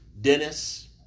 Dennis